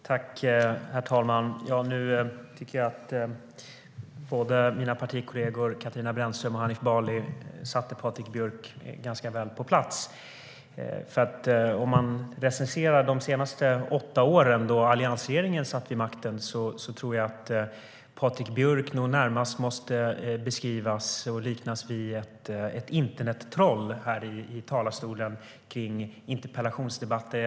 Herr talman! Båda mina partikolleger Katarina Brännström och Hanif Bali satte Patrik Björck väl på plats. Om man recenserar de senaste åtta åren då alliansregeringen satt vid makten måste Patrik Björck liknas vid ett internettroll i talarstolen i interpellationsdebatter.